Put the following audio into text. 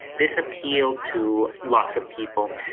this appealed to lots of people.